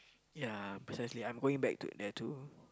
ya precisely I'm going back to year two